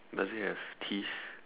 does it have teeth